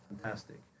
fantastic